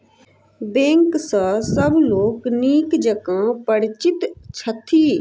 bank सॅ सभ लोक नीक जकाँ परिचित छथि